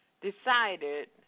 decided